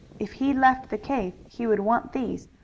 if he left the cave he would want these,